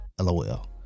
lol